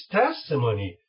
testimony